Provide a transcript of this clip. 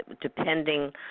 depending